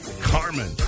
Carmen